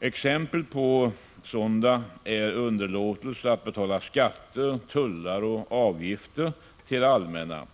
Exempel på sådana är underlåtelse att betala skatter, tullar och avgifter till det allmänna.